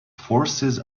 forces